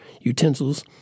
utensils